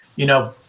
you know,